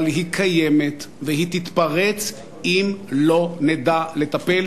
אבל היא קיימת והיא תתפרץ אם לא נדע לטפל